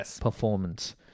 performance